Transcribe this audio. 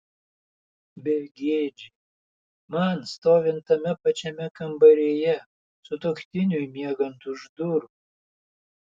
begėdžiai man stovint tame pačiame kambaryje sutuoktiniui miegant už durų